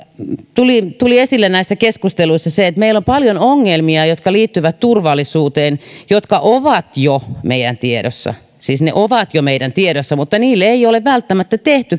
tuli tuli esille näissä keskusteluissa että meillä on paljon ongelmia jotka liittyvät turvallisuuteen ja jotka ovat jo meidän tiedossamme siis ne ovat jo meidän tiedossamme mutta niille ei ole välttämättä tehty